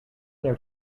their